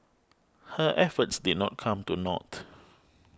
her efforts did not come to naught